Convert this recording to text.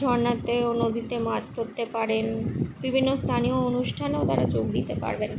ঝর্নাতে ও নদীতে মাছ ধরতে পারেন বিভিন্ন স্থানীয় অনুষ্ঠানেও তারা যোগ দিতে পারবেন